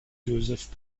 josef